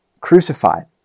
crucified